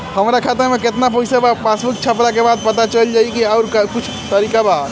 हमरा खाता में केतना पइसा बा पासबुक छपला के बाद पता चल जाई कि आउर कुछ तरिका बा?